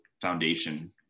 foundation